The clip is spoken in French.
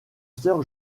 soeur